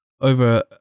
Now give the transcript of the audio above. over